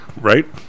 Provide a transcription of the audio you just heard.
right